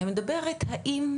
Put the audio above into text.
אני מדברת האם,